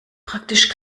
praktisch